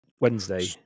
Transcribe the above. wednesday